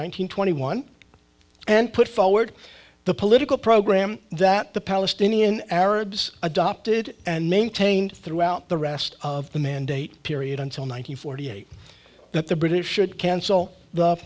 hundred twenty one and put forward the political program that the palestinian arabs adopted and maintained throughout the rest of the mandate period until nine hundred forty eight that the british should cancel the